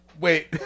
Wait